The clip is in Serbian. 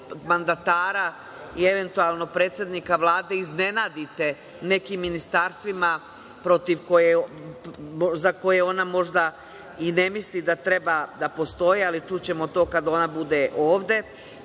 mandatara i eventualno predsednika Vlade iznenadite nekim ministarstvima za koje ona možda i ne misli da treba da postoje, ali čućemo to kada ona bude ovde,